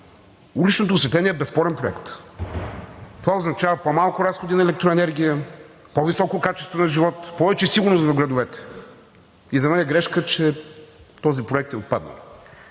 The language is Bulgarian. уличното осветление е безспорен проект. Това означава по-малко разходи на електроенергия, по-високо качество на живот, повече сигурност в градовете и за мен е грешка, че този проект е отпаднал.